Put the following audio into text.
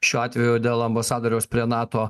šiuo atveju dėl ambasadoriaus prie nato